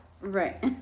Right